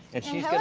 and she's